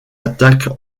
attaque